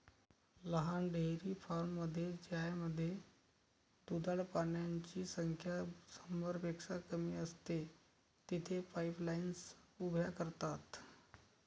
लहान डेअरी फार्ममध्ये ज्यामध्ये दुधाळ प्राण्यांची संख्या शंभरपेक्षा कमी असते, तेथे पाईपलाईन्स उभ्या करतात